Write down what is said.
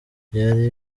byari